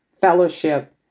fellowship